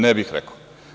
Ne bih rekao.